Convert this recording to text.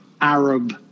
Arab